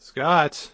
Scott